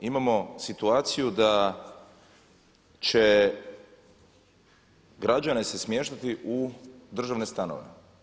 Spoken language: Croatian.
Imamo situaciju da će građane se smještati u državne stanove.